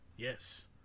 yes